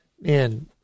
man